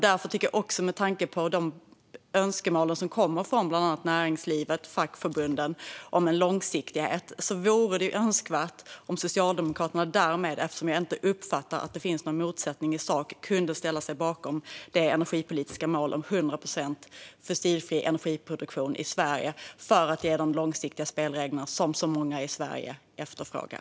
Eftersom jag inte uppfattar att det finns någon motsättning i sak här och med tanke på önskemålen om långsiktighet som kommer från bland annat näringslivet och fackförbunden tycker jag att det vore önskvärt om Socialdemokraterna kunde ställa sig bakom det energipolitiska målet om 100 procent fossilfri energiproduktion i Sverige för att ge de långsiktiga spelregler som så många i Sverige efterfrågar.